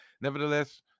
nevertheless